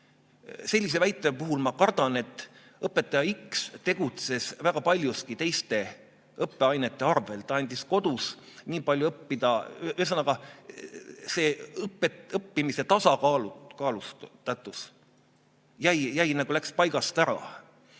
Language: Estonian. Sellise väite puhul ma kardan, et õpetaja X tegutses väga paljuski teiste õppeainete arvel, ta andis kodus nii palju õppida. Ühesõnaga, see õppimise tasakaalustatus läks paigast ära.